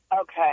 Okay